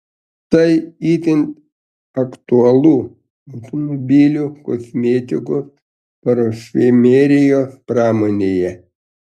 tai itin aktualu automobilių kosmetikos parfumerijos pramonėje